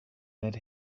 that